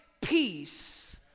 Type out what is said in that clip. peace